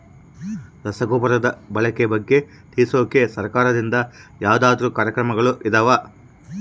ರಸಗೊಬ್ಬರದ ಬಳಕೆ ಬಗ್ಗೆ ತಿಳಿಸೊಕೆ ಸರಕಾರದಿಂದ ಯಾವದಾದ್ರು ಕಾರ್ಯಕ್ರಮಗಳು ಇದಾವ?